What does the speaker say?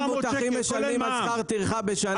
אתה יודע כמה המבוטחים משלמים על שכר טרחה בשנה?